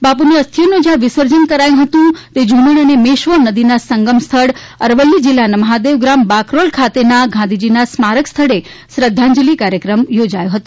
બાપુની અસ્થિઓનુ જ્યાં વિસર્જન કરાયું હતું તે ઝુમણ અને મેશ્વો નદીના સંગમ સ્થળ અરવલ્લી જિલ્લાના મહાદેવ ગ્રામ બાકરોલ ખાતે ગાંધીજીના સ્મારક સ્થળે શ્રદ્ધાંજલિ કાર્યક્રમ યોજાયો હતો